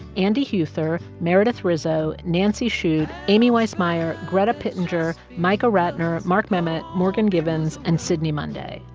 andy huether, meredith rizzo, nancy shute, amy weiss-meyer, greta pittenger, micah ratner, mark memmott, morgan givens and sidney monday.